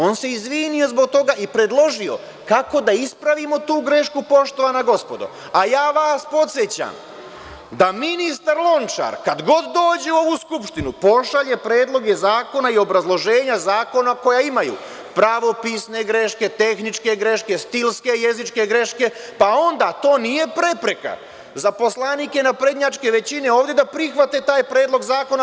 On se izvinio zbog toga i predložio kako da ispravimo tu grešku, poštovana gospodo, a ja vas podsećam da ministar Lončar kad god dođe u ovu skupštinu pošalje predloge zakona i obrazloženja zakona koja imaju pravopisne greške, tehničke greške, stilske jezičke greške, pa onda to nije prepreka za poslanike naprednjačke većine ovde da prihvate taj predlog zakona.